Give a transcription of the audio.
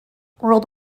world